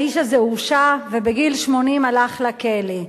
האיש הזה הורשע, ובגיל 80 הלך לכלא.